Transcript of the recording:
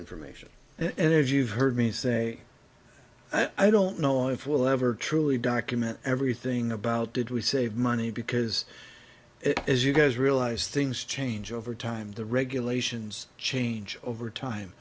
information and if you've heard me say i don't know if we'll ever truly document everything about did we save money because it is you guys realize things change over time the regulations change over time